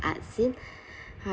art scene